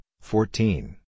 fourteen